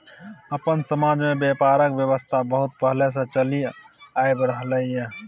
अपन समाज में ब्यापारक व्यवस्था बहुत पहले से चलि आइब रहले ये